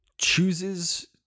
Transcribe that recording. chooses